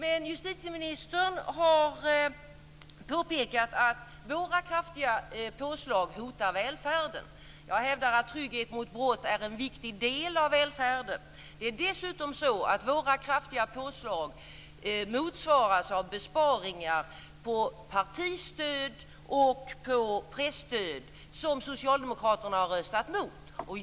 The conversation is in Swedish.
Justitieministern har påpekat att moderaternas kraftiga påslag skulle hota välfärden. Jag hävdar att trygghet mot brott är en viktig del av välfärden. Det är dessutom så att våra kraftiga påslag motsvaras av besparingar på partistöd och presstöd som socialdemokraterna har röstat mot.